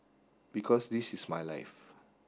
because this is my life